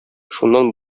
шуннан